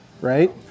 right